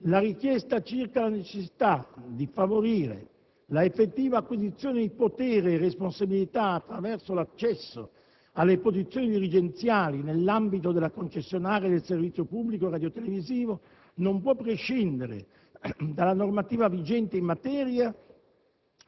La richiesta circa la necessità di favorire la effettiva acquisizione di potere e responsabilità attraverso l'accesso alle posizioni dirigenziali nell'ambito della concessionaria del servizio pubblico radiotelevisivo non può prescindere dalla normativa vigente in materia,